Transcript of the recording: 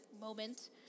moment